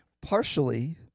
partially